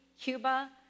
Cuba